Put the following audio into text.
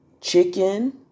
chicken